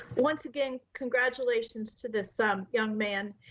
once again, congratulations to this um young man,